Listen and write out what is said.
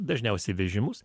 dažniausiai vežimus